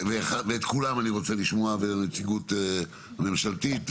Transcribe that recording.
את כולם אני רוצה: נציגות ממשלתית,